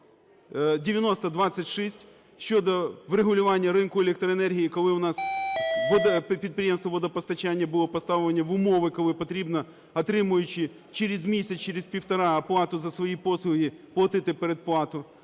9026 щодо врегулювання ринку електроенергії, коли в нас підприємства водопостачання були поставлені в умови, коли потрібно, отримуючи через місяць, через півтора оплату за свої послуги, платити передплату.